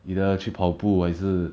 either 去跑步还是